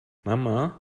mama